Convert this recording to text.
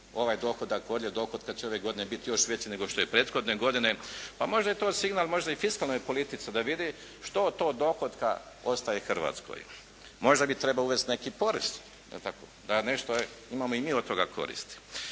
Ovaj dohodak, odljev dohotka će ove godine biti još veći nego što je prethodne godine, pa možda je to signal možda i fiskalnoj politici da vidi što to od dohotka ostaje Hrvatskoj. Možda bi trebalo uvesti neki porez jel' tako, da nešto imamo i mi od toga koristi.